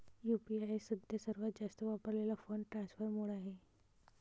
UPI सध्या सर्वात जास्त वापरलेला फंड ट्रान्सफर मोड आहे